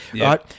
right